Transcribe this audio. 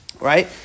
right